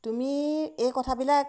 তুমি এই কথাবিলাক